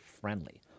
friendly